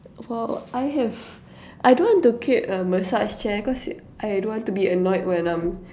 for I have I don't want to create a massage chair cause I don't want to be annoyed when I'm